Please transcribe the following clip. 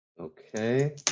Okay